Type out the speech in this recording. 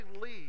lead